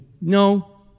no